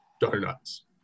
donuts